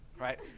right